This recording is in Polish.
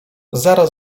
zaraz